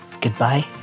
Goodbye